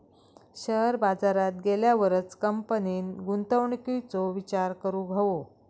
share बाजारात गेल्यावरच कंपनीन गुंतवणुकीचो विचार करूक हवो